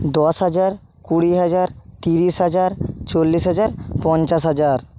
দশ হাজার কুড়ি হাজার তিরিশ হাজার চল্লিশ হাজার পঞ্চাশ হাজার